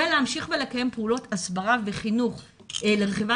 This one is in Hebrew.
להמשיך ולקיים פעולות הסברה וחינוך לרכיבה